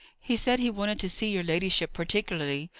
he said he wanted to see your ladyship particularly.